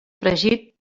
fregit